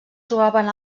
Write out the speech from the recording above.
trobaven